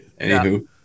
anywho